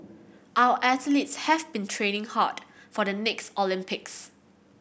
our athletes have been training hard for the next Olympics